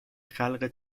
خلق